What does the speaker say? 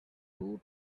two